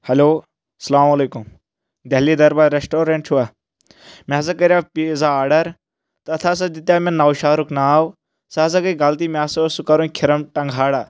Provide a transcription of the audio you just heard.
hello اسلام علیکُم Delhi Darbar restaurant چھِوٕ مےٚ ہسا کَریو پیٖزا آرڈر تَتھ ہسا دِتیو مےٚ نوشہرُک ناو سُہ ہسا گٔے غلطی مےٚ ہسا اوس سُہ کَرُن کھِرم ٹنٛگہاڑا